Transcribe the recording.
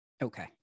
Okay